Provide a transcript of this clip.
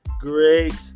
great